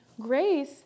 Grace